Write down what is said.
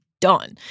done